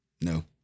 No